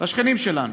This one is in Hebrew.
לשכנים שלנו,